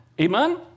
Amen